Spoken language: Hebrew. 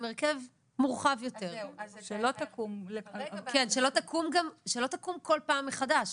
הרכב מורחב יותר שלא תקום כל פעם מחדש.